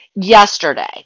yesterday